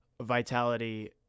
Vitality